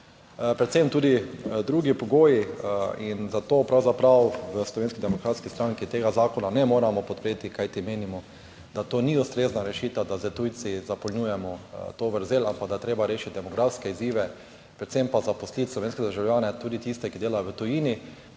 Predvsem tudi drugi pogoji in zato pravzaprav v Slovenski demokratski stranki tega zakona ne moremo podpreti, kajti menimo, da to ni ustrezna rešitev, da s tujci zapolnjujemo to vrzel, ampak da je treba rešiti demografske izzive, predvsem pa zaposliti slovenske državljane, tudi tiste, ki delajo v tujini